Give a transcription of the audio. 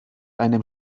einem